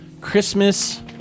Christmas